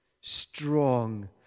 strong